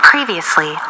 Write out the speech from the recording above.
Previously